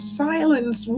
silence